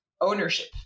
ownership